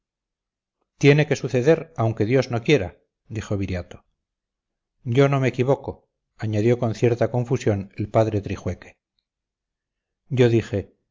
tiene que suceder aunque dios no quiera dijo viriato yo no me equivoco añadió con cierta confusión el padre trijueque yo dije